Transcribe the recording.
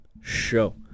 show